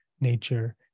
nature